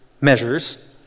measures